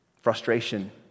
frustration